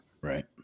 Right